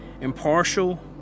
impartial